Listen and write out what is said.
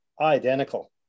identical